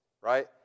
right